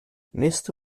nächste